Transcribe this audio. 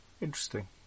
Interesting